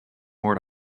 more